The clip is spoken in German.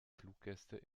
fluggäste